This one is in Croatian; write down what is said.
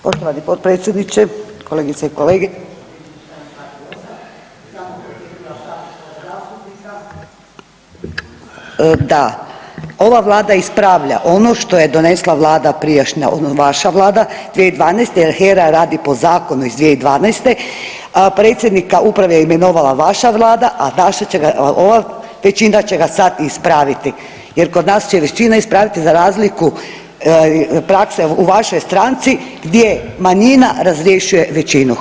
Poštovani potpredsjedniče, kolegice i kolege … [[Govornica nije uključena.]] da ova Vlada ispravlja ono što je donesla vlada prijašnja vaša vlada 2012. jer HERA radi po zakonu iz 2012., predsjednika uprave je imenovala vaša vlada, a naša će, ova većina će ga sad ispraviti, jer kod nas će većina ispraviti za razliku prakse u vašoj stranci gdje manjina razrješuje većinu.